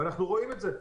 ואנחנו רואים את זה.